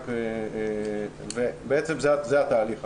בעצם זה התהליך.